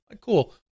Cool